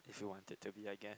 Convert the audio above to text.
if you wanted to be a guest